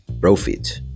Profit